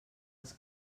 els